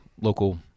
local